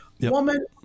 woman